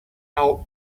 out